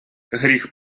гріх